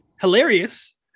hilarious